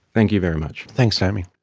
thank you very much. thanks damien.